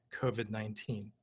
COVID-19